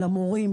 למורים,